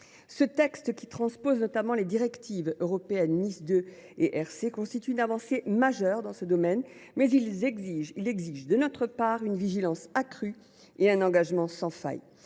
Ce texte, qui transpose notamment les directives européennes NIS 2 et REC, constitue une avancée majeure dans ce domaine, mais il exige de notre part une vigilance accrue et un engagement sans faille.